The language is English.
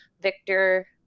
victor